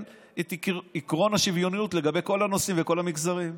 את עקרון השוויוניות לגבי כל הנושאים וכל המגזרים.